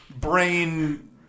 brain